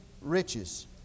riches